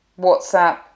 WhatsApp